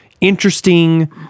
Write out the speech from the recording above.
interesting